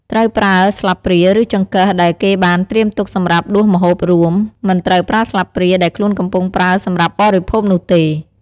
ត្រូវប្រើស្លាបព្រា ឬចង្កឹះដែលគេបានត្រៀមទុកសម្រាប់ដួសម្ហូបរួម មិនត្រូវប្រើស្លាបព្រាដែលខ្លួនកំពុងប្រើសម្រាប់បរិភោគនោះទេ។